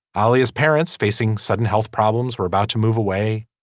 ali as parents facing sudden health problems were about to move away.